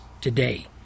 today